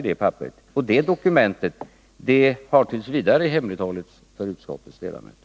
Det dokument som innehåller sådana uppgifter har t. v. hemlighållits för utskottets ledamöter.